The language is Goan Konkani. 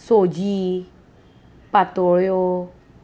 वालां भाजी घोसाळ्या भाजी